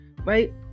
right